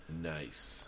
Nice